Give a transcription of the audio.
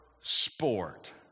sport